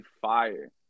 fire